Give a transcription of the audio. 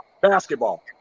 basketball